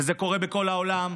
וזה קורה בכל העולם,